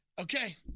Okay